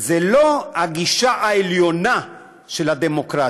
היא לא הגישה העליונה של הדמוקרטיה,